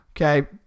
Okay